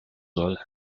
soll